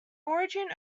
origin